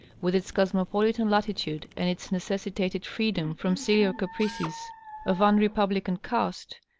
with its cosmopolitan latitude and its necessitated freedom from sillier caprices of unrepublican caste,